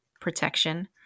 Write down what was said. protection